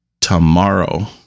tomorrow